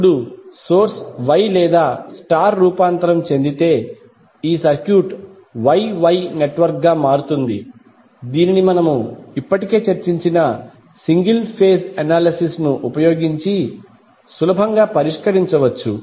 ఇప్పుడు source Y లేదా star గా రూపాంతరం చెందితే ఈ సర్క్యూట్ Y Y నెట్వర్క్గా మారుతుంది దీనిని మనము ఇప్పటికే చర్చించిన సింగిల్ ఫేజ్ అనాలిసిస్ ను ఉపయోగించి సులభంగా పరిష్కరించవచ్చు